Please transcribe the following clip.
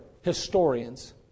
historians